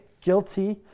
guilty